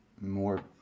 more